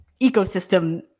ecosystem